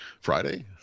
Friday